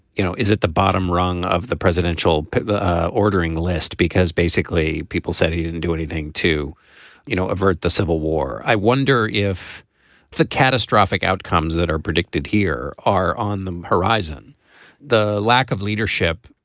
you know is at the bottom rung of the presidential ordering list because basically people said he didn't do anything to you know avert the civil war. i wonder if the catastrophic outcomes that are predicted here are on the horizon the lack of leadership.